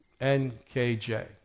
NKJ